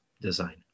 design